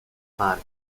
park